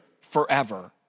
forever